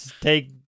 take